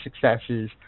successes